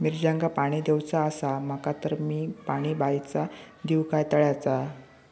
मिरचांका पाणी दिवचा आसा माका तर मी पाणी बायचा दिव काय तळ्याचा?